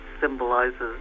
symbolizes